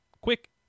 quick